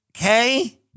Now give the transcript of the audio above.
okay